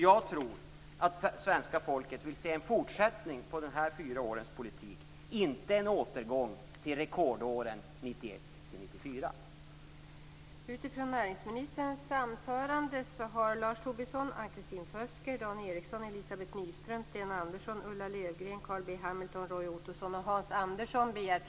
Jag tror att svenska folket vill se en fortsättning på de gångna fyra årens politik, inte en återgång till rekordåren 1991-1994.